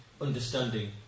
understanding